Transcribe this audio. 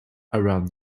around